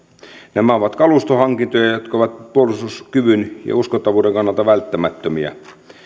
nämä ovat kalustohankintoja jotka ovat puolustuskyvyn ja uskottavuuden kannalta välttämättömiä